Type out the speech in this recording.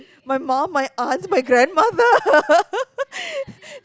my mum my aunt my grandmother